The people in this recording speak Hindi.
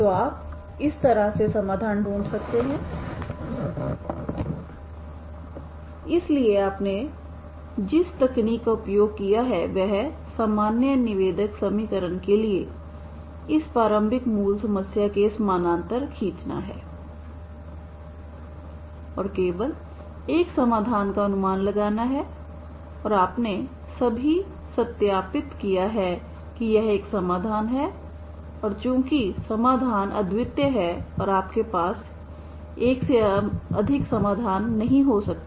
तो आप इस तरह से समाधान ढूंढ सकते हैं इसलिए आपने जिस तकनीक का उपयोग किया है वह सामान्य निवेदक समीकरण के लिए इस प्रारंभिक मूल्य समस्या के समानांतर खींचना है और केवल एक समाधान का अनुमान लगाना है और आपने अभी सत्यापित किया है कि यह एक समाधान है और चूंकि समाधान अद्वितीय है और आपके पास एक से अधिक समाधान नहीं हो सकते